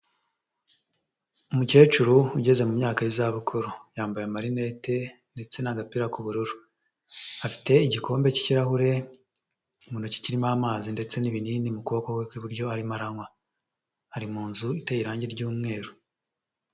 Umukecuru ugeze mu myaka y'izabukuru, yambaye amarinete ndetse n'agapira k'ubururu, afite igikombe cy'ikirahure mu ntoki kirimo amazi ndetse n'ibinini mu kuboko kwe kw'iburyo arimo aranywa, ari mu nzu iteye irange ry'umweru.